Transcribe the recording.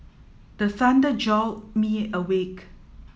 the thunder jolt me awake